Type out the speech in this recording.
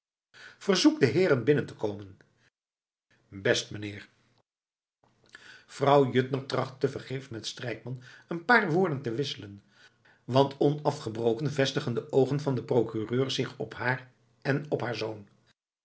verzoek de heeren binnen te komen best meneer vrouw juttner tracht tevergeefs met strijkman een paar woorden te wisselen want onafgebroken vestigen de oogen van den procureur zich op haar en op haar zoon